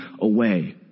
away